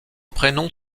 prénom